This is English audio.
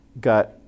got